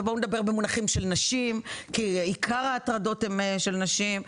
ובואו נדבר במונחים של נשים כי עיקר ההטרדות הן של נשים.